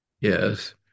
Yes